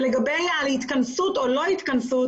לגבי ההתכנסות או לא התכנסות,